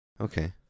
okay